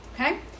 okay